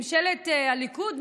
ממשלת הליכוד,